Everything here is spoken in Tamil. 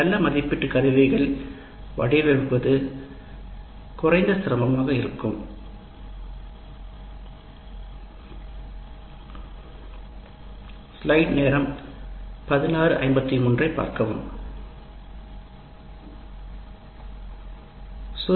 நல்ல மதிப்பீட்டு கருவிகள் மிகவும் குறைவான மன அழுத்தத்துடன் இருக்க வேண்டும்